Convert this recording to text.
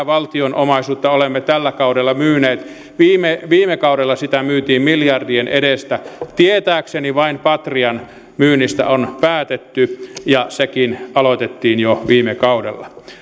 valtion omaisuutta olemme tällä kaudella myyneet viime viime kaudella sitä myytiin miljardien edestä tietääkseni vain patrian myynnistä on päätetty ja sekin aloitettiin jo viime kaudella